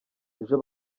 ejo